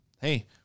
hey